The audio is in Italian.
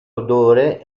odore